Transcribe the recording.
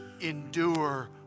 Endure